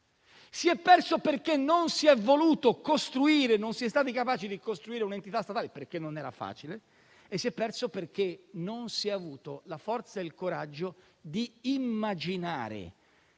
si è voluto e non si è stati capaci di costruire un'entità statale - perché non era facile - e perché non si sono avuti la forza ed il coraggio di immaginare